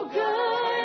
good